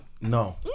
No